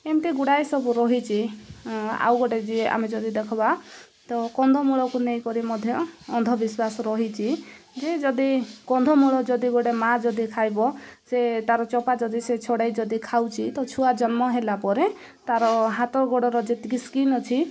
ଏମିତି ଗୁଡ଼ାଏ ସବୁ ରହିଛି ଆଉ ଗୋଟେ ଯିଏ ଆମେ ଯଦି ଦେଖିବା ତ କନ୍ଧମୂଳକୁ ନେଇକରି ମଧ୍ୟ ଅନ୍ଧବିଶ୍ୱାସ ରହିଛି ଯେ ଯଦି କନ୍ଦମୂଳ ଯଦି ଗୋଟେ ମାଆ ଯଦି ଖାଇବ ସେ ତାର ଚୋପା ଯଦି ସେ ଛଡ଼େଇ ଯଦି ଖାଉଛି ତ ଛୁଆ ଜନ୍ମ ହେଲା ପରେ ତାର ହାତ ଗୋଡ଼ର ଯେତିକି ସ୍କିନ୍ ଅଛି